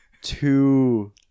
two